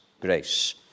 Grace